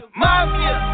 mafia